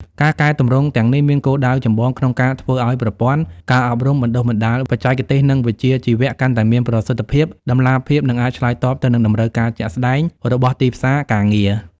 ការកែទម្រង់ទាំងនេះមានគោលដៅចម្បងក្នុងការធ្វើឱ្យប្រព័ន្ធ ការអប់រំបណ្តុះបណ្តាលបច្ចេកទេស និងវិជ្ជាជីវៈ កាន់តែមានប្រសិទ្ធភាព តម្លាភាព និងអាចឆ្លើយតបទៅនឹងតម្រូវការជាក់ស្តែងរបស់ទីផ្សារការងារ។